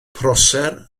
prosser